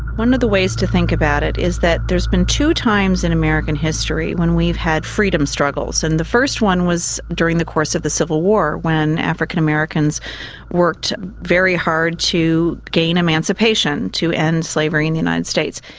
one of the ways to think about it is that there has been two times in american history when we've had freedom struggles. and the first one was during the course of the civil war when african americans worked very hard to gain emancipation to end slavery in the united states.